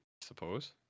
suppose